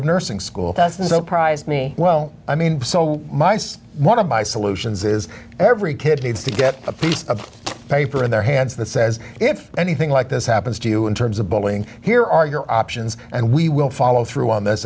of nursing school doesn't surprise me well i mean so my says one of my solutions is every kid needs to get a piece of paper in their hands that says if anything like this happens to you in terms of bullying here are your options and we will follow through on this